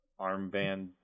armband